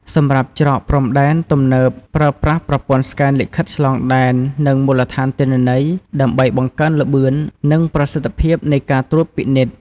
សម្រាប់ច្រកព្រំដែនទំនើបប្រើប្រាស់ប្រព័ន្ធស្កេនលិខិតឆ្លងដែន និងមូលដ្ឋានទិន្នន័យ ដើម្បីបង្កើនល្បឿន និងប្រសិទ្ធភាពនៃការត្រួតពិនិត្យ។